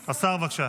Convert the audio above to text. השר, בבקשה.